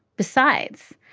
besides,